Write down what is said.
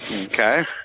Okay